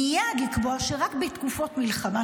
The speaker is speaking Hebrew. מייד לקבוע שרק בתקופות מלחמה,